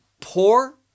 poor